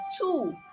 two